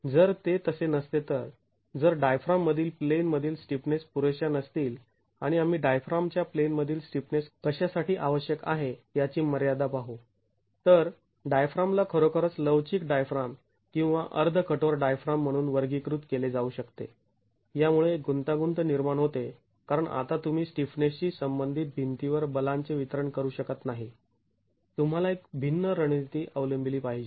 जर ते तसे नसते तर जर डायफ्राम मधील प्लेन मधील स्टिफनेस पुरेशा नसतील आणि आम्ही डायफ्राम च्या प्लेन मधील स्टिफनेस कशासाठी आवश्यक आहे याची मर्यादा पाहू तर डायफ्रामला खरोखरच लवचिक डायफ्राम किंवा अर्ध कठोर डायफ्राम म्हणून वर्गीकृत केले जाऊ शकते यामुळे एक गुंतागुंत निर्माण होते कारण आता तुम्ही स्टिफनेसशी संबंधित भिंतीवर बलांचे वितरण करू शकत नाही तूम्हाला एक भिन्न रणनिती अवलंबिली पाहिजे